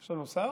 יש לנו שר?